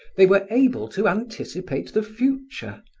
they were able to anticipate the future,